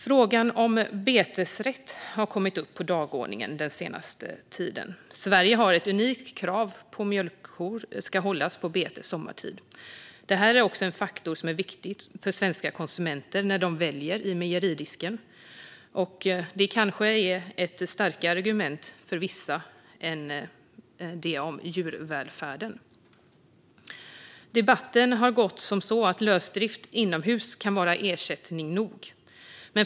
Frågan om betesrätt har kommit upp på dagordningen den senaste tiden. Sverige har ett unikt krav på att mjölkkor ska hållas på bete sommartid. Det här är också en faktor som är viktig för svenska konsumenter när de väljer i mejeridisken, vilket kanske är ett starkare argument för vissa än argument om djurvälfärden. Debatten har gått som så att lösdrift inomhus kan vara ersättning nog.